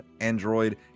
Android